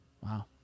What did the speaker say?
Wow